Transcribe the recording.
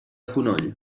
fonoll